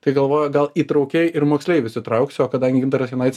tai galvojo gal įtraukiai ir moksleivius įtrauksiu o kadangi gintaras jonaitis